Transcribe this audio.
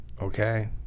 okay